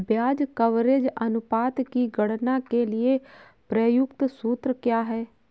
ब्याज कवरेज अनुपात की गणना के लिए प्रयुक्त सूत्र क्या है?